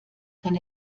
kann